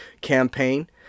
campaign